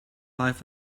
life